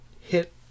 hit